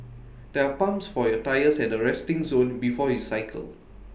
there are pumps for your tyres at the resting zone before you cycle